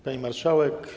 Pani Marszałek!